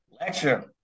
Lecture